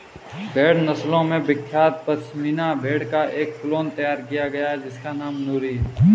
भेड़ नस्लों में विख्यात पश्मीना भेड़ का एक क्लोन तैयार किया गया है जिसका नाम नूरी है